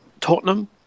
Tottenham